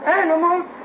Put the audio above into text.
animals